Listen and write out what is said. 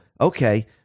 okay